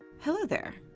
hello there!